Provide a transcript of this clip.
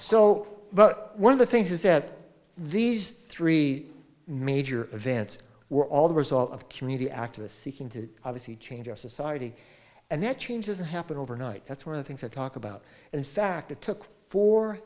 so but one of the things is that these three major events were all the result of community activists seeking to obviously change our society and that changes happen overnight that's one thing to talk about and in fact it took fo